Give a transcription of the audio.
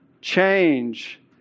change